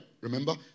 Remember